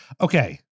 Okay